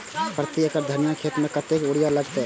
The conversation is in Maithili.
प्रति एकड़ धनिया के खेत में कतेक यूरिया लगते?